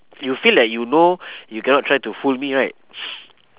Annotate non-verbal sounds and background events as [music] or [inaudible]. you feel like you know you cannot try to fool me right [noise]